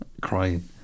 Crying